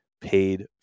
paid